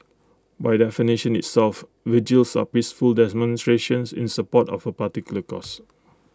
by definition itself vigils are peaceful demonstrations in support of A particular cause